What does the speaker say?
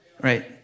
right